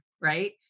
Right